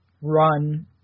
run